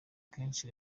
kenshi